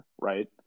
right